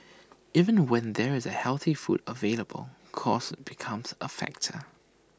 even the when there is healthy food available cost becomes A factor